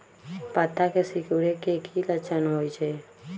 पत्ता के सिकुड़े के की लक्षण होइ छइ?